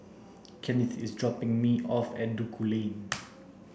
Kennith is dropping me off at Duku Lane